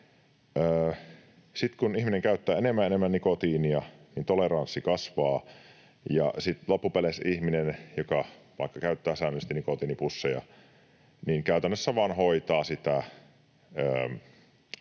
Sitten kun ihminen käyttää enemmän ja enemmän nikotiinia, niin toleranssi kasvaa, ja sitten loppupeleissä ihminen, joka vaikka käyttää säännöllisesti nikotiinipusseja, käytännössä vaan hoitaa sitä